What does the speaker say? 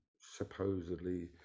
supposedly